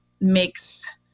makes